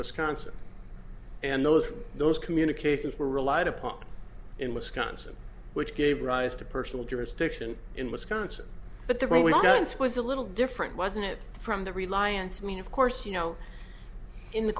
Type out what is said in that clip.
wisconsin and those those communications were relied upon in wisconsin which gave rise to personal jurisdiction in wisconsin but there were no it's was a little different wasn't it from the reliance mean of course you know in the